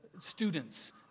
students